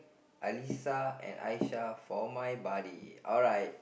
Alisa and Aisyah for my buddy alright